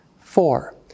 Four